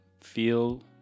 feel